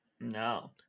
No